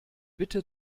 bitte